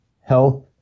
health